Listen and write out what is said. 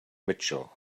mitchell